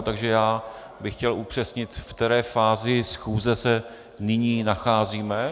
Takže já bych chtěl upřesnit, v které fázi schůze se nyní nacházíme.